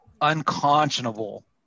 unconscionable